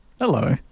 Hello